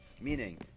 meaning